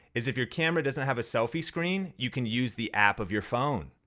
is if your camera doesn't have a selfie screen you can use the app of your phone.